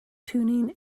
tuning